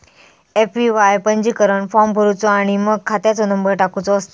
APY पंजीकरण form भरुचो आणि मगे खात्याचो नंबर टाकुचो असता